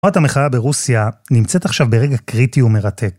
תנועת המחאה ברוסיה נמצאת עכשיו ברגע קריטי ומרתק.